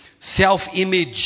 self-image